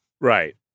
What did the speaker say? Right